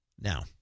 Now